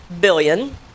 billion